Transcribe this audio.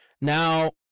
Now